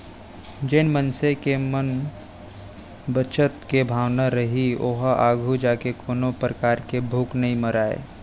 जेन मनसे के म बचत के भावना रइही ओहा आघू जाके कोनो परकार ले भूख नइ मरय